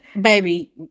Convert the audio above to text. Baby